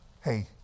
hey